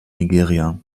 nigeria